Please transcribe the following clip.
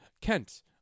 Kent